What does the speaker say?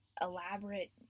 elaborate